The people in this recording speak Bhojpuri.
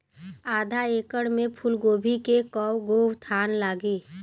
आधा एकड़ में फूलगोभी के कव गो थान लागी?